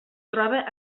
troba